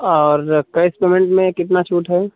और cash payment में कितना छूट है